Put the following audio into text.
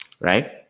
right